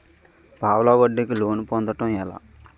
పావలా వడ్డీ కి లోన్ పొందటం ఎలా?